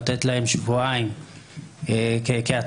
לתת להם שבועיים כהתחלה,